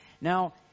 Now